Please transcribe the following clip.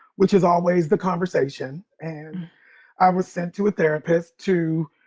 which is always the conversation, and i was sent to a therapist to